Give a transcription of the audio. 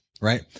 right